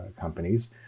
companies